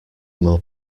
more